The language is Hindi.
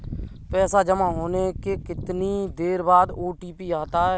पैसा जमा होने के कितनी देर बाद ओ.टी.पी आता है?